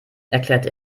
erklärte